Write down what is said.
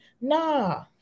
Nah